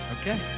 Okay